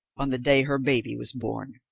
on the day her baby was born.